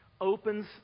opens